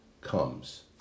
comes